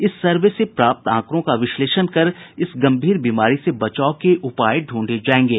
इस सर्वे से प्राप्त आंकड़ों का विश्लेषण कर इस गंभीर बीमारी से बचाव के उपाय ढूंढे जायेंगे